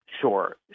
Sure